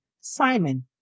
Simon